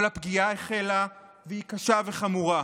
אבל הפגיעה החלה, והיא קשה וחמורה.